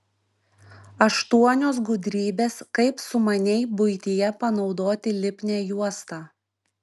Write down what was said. aštuonios gudrybės kaip sumaniai buityje panaudoti lipnią juostą